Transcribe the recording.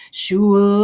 shul